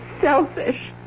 selfish